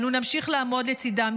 אנו נמשיך לעמוד לצידם,